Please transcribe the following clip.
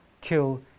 kill